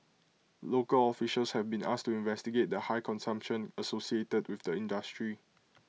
local officials have been asked to investigate the high consumption associated with the industry